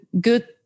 good